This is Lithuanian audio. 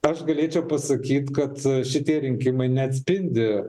aš galėčiau pasakyt kad šitie rinkimai neatspindi